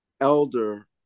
elder